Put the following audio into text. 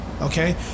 okay